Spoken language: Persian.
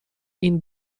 این